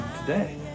today